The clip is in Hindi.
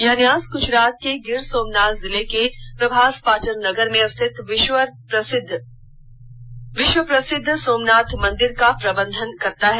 यह न्यास गुजरात के गिर सोमनाथ जिले के प्रभास पाटन नगर में स्थित विश्वर प्रसिद्व सोमनाथ मंदिर का प्रबंधन करता है